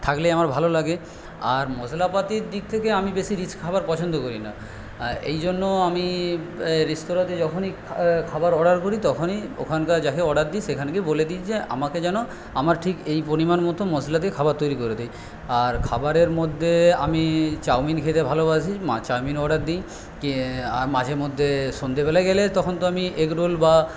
থাকলেই আমার ভালো লাগে আর মশলাপাতির দিক থেকে আমি বেশি রিচ খাবার পছন্দ করি না এই জন্য আমি রেস্তোরাঁতে যখনই খাবার অর্ডার করি তখনই ওখানকার যাকে অর্ডার দিই সেখানকে বলে দিই যে আমাকে যেন আমার ঠিক এই পরিমাণ মতো মশলাতে খাবার তৈরি করে দেয় আর খাবারের মধ্যে আমি চাউমিন খেতে ভালোবাসি ম চাউমিন অর্ডার দিই কি মাঝে মধ্যে সন্ধ্যেবেলায় গেলে তখন তো আমি এগ রোল বা